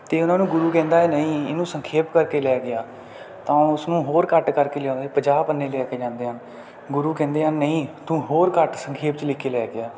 ਤਾਂ ਉਹਨਾਂ ਨੂੰ ਗੁਰੂ ਕਹਿੰਦਾ ਹੈ ਨਹੀਂ ਇਹਨੂੰ ਸੰਖੇਪ ਕਰਕੇ ਲੈ ਕੇ ਆ ਤਾਂ ਉਹ ਉਸਨੂੰ ਹੋਰ ਘੱਟ ਕਰਕੇ ਲਿਆਉਂਦੇ ਪੰਜਾਹ ਪੰਨੇ ਲੈ ਕੇ ਜਾਂਦੇ ਹਨ ਗੁਰੂ ਕਹਿੰਦੇ ਹਨ ਨਹੀਂ ਤੂੰ ਹੋਰ ਘੱਟ ਸੰਖੇਪ 'ਚ ਲਿਖ ਕੇ ਲੈ ਕੇ ਆ